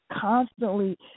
constantly